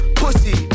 pussy